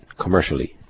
commercially